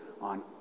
on